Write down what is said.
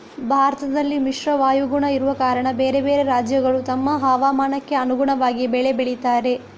ಭಾರತದಲ್ಲಿ ಮಿಶ್ರ ವಾಯುಗುಣ ಇರುವ ಕಾರಣ ಬೇರೆ ಬೇರೆ ರಾಜ್ಯಗಳು ತಮ್ಮ ಹವಾಮಾನಕ್ಕೆ ಅನುಗುಣವಾಗಿ ಬೆಳೆ ಬೆಳೀತಾರೆ